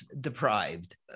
deprived